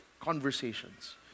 conversations